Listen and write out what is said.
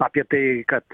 apie tai kad